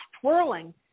twirling